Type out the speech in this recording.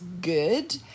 good